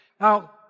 Now